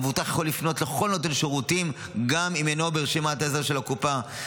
המבוטח יכול לפנות לכל נותן שירותים גם אם אינו ברשימת ההסדר של הקופה,